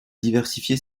diversifié